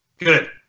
Good